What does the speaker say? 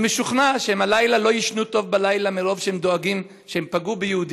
אני משוכנע שהם לא יישנו טוב בלילה מרוב שהם דואגים שהם פגעו ביהודי.